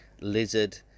lizard